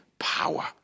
power